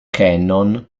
cannon